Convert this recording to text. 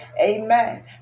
amen